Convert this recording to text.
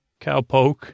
cowpoke